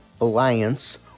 alliance